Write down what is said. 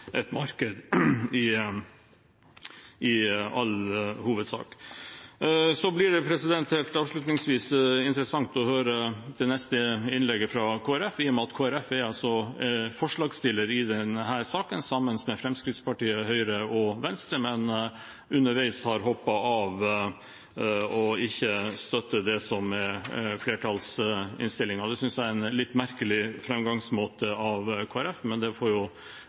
fungerer i all hovedsak et marked. Helt avslutningsvis: Det blir interessant å høre det neste innlegget, fra Kristelig Folkeparti, i og med at Kristelig Folkeparti er forslagsstiller i denne saken, sammen med Fremskrittspartiet, Høyre og Venstre, men underveis har hoppet av og ikke støtter flertallsinnstillingen. Det synes jeg er en litt merkelig framgangsmåte av Kristelig Folkeparti, men det får jo